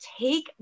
Take